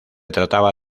trataba